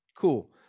Cool